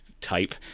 type